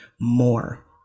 more